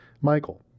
Michael